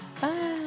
Bye